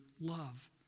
love